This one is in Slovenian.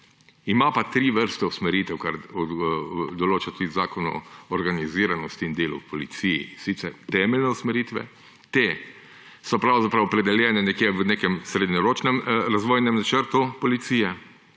Ima pa tri vrste usmeritev, kar določa tudi Zakon o organiziranosti in delu v policiji, sicer temeljne usmeritve, te so pravzaprav opredeljene nekje v nekem srednjeročnem razvojnem načrtu policije,